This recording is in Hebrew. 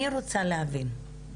אני רוצה להבין,